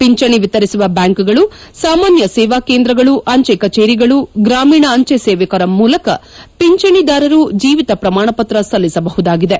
ಪಿಂಚಣಿ ವಿತರಿಸುವ ಬ್ಲಾಂಕ್ಗಳು ಸಾಮಾನ್ನ ಸೇವಾ ಕೇಂದ್ರಗಳು ಅಂಚೆಕಚೇರಿಗಳು ಗ್ರಾಮೀಣ ಅಂಚೆ ಸೇವಕರ ಮೂಲಕ ಪಿಂಚಣಿದಾರರು ಜೀವಿತ ಪ್ರಮಾಣ ಪತ್ರ ಸಲ್ಲಿಸಬಹುದಾಗಿದೆ